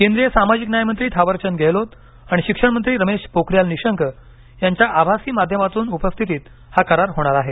केंद्रीय सामाजिक न्याय मंत्री थावरचंद गेहलोत आण शिक्षण मंत्री रमेश पोखरियाल निशंक यांच्या आभासी माध्यमातून उपस्थितीत हा करार होणार आहे